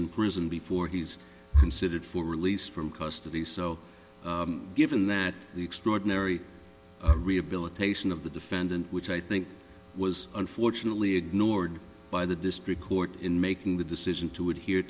in prison before he's considered for release from custody so given that the extraordinary rehabilitation of the defendant which i think was unfortunately ignored by the district court in making the decision to adhere